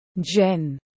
Jen